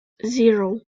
zero